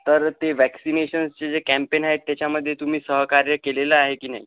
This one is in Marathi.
तर ते वॅक्सीनेशन्सचे जे कॅम्पेन आहेत त्याच्यामधे तुम्ही सहकार्य केलेला आहे की नाही